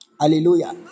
Hallelujah